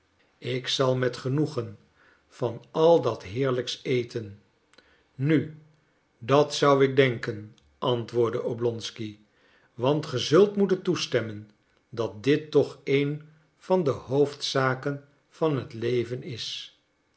ik zal met genoegen van al dat heerlijks eten nu dat zou ik denken antwoordde oblonsky want ge zult moeten toestemmen dat dit toch een van de hoofdzaken van het leven is